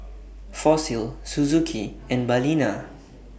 Fossil Suzuki and Balina